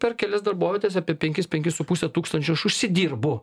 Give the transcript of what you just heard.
per kelias darbovietes apie penkis penkis su puse tūkstančio aš užsidirbu